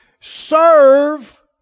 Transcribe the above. serve